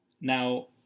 now